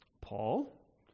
Paul